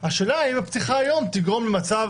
השאלה אם הפתיחה היום תגרום למצב